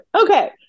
Okay